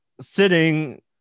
sitting